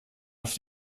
auf